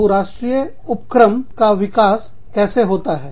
बहुराष्ट्रीय उपकरण का विकास कैसे होता है